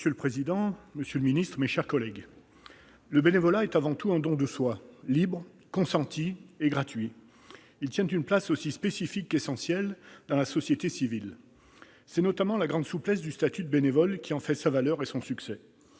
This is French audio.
Monsieur le président, monsieur le secrétaire d'État, mes chers collègues, le bénévolat est avant tout un don de soi, libre, consenti et gratuit. Il tient une place aussi spécifique qu'essentielle dans la société civile. C'est notamment la grande souplesse du statut de bénévole qui en fait sa valeur et son succès.